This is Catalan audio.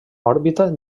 òrbita